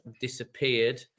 disappeared